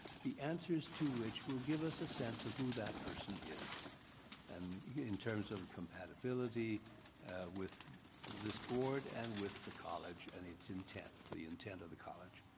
the answers to which will give us a sense of who that purpose person is and in terms of compatibility with this board and with the college and its intent, the the intent of the college.